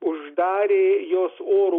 uždarė jos oro